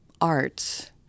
arts